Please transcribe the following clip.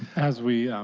as we